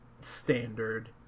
standard